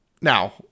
Now